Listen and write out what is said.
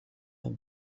have